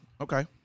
okay